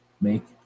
make